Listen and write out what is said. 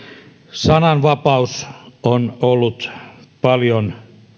sananvapaus on ollut paljon